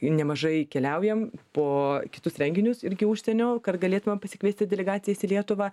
nemažai keliaujam po kitus renginius irgi užsienio kad galėtume pasikviesti delegacijas į lietuvą